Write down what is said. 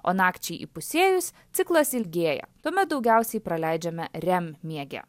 o nakčiai įpusėjus ciklas ilgėja tuomet daugiausiai praleidžiame rem miege